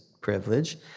privilege